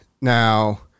Now